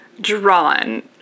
drawn